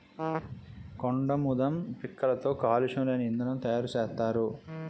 కొండాముదం పిక్కలతో కాలుష్యం లేని ఇంధనం తయారు సేత్తారు